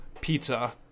pizza